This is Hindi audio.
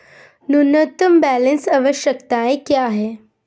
न्यूनतम बैलेंस आवश्यकताएं क्या हैं?